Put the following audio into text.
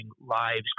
lives